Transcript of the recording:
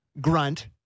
grunt